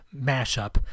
mashup